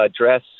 address